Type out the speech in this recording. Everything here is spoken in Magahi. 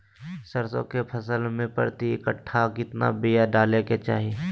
सरसों के फसल में प्रति कट्ठा कितना बिया डाले के चाही?